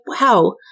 wow